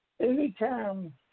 Anytime